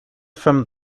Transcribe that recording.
from